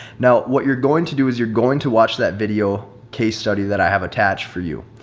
now what you're going to do is you're going to watch that video case study that i have attached for you.